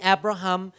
Abraham